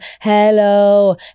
hello